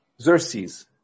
Xerxes